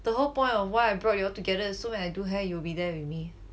the whole point of why I brought you all together is so when I do hair you will be there with me